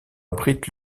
abrite